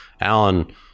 Alan